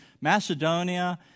Macedonia